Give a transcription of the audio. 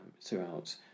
throughout